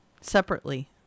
separately